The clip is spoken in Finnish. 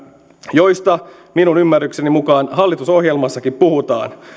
josta minun ymmärrykseni mukaan hallitusohjelmassakin puhutaan